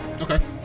Okay